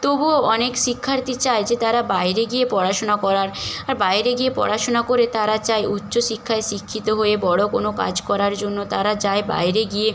তবুও অনেক শিক্ষার্থী চায় যে তারা বাইরে গিয়ে পড়াশুনা করার আর বাইরে গিয়ে পড়াশুনা করে তারা চায় উচ্চশিক্ষায় শিক্ষিত হয়ে বড় কোনো কাজ করার জন্য তার চায় বাইরে গিয়ে